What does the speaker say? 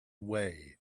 way